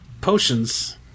potions